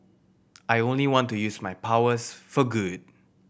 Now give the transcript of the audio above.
I only want to use my powers for good